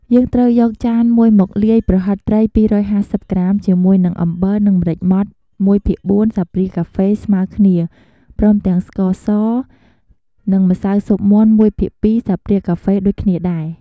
យើងត្រូវយកចានមួយមកលាយ ប្រហិតត្រី ២៥០ ក្រាម ជាមួយនឹង អំបិល និង ម្រេចម៉ដ្ឋ ១ភាគ៤ ស្លាបព្រាកាហ្វេស្មើគ្នា ព្រមទាំង ស្ករស និងម្សៅស៊ុបមាន់ ១ភាគ២ ស្លាបព្រាកាហ្វេដូចគ្នាដែរ។